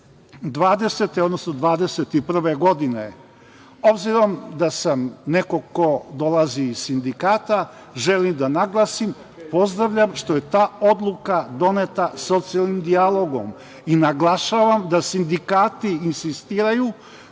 odnosno 2021. godine. Obzirom da sam neko ko dolazi iz sindikata, želim da naglasim, pozdravljam što je ta odluka doneta socijalnim dijalogom i naglašavam da sindikati insistiraju